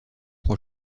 pour